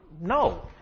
no